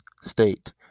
state